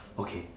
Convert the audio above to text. okay